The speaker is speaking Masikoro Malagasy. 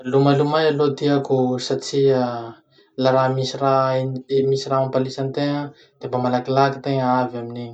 Milomalomay aloha tiako satria la raha misy ra- misy raha mampalisa antegna de mba malakilaky tegna avy amin'igny.